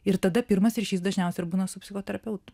ir tada pirmas ryšys dažniausiai ir būna su psichoterapeutu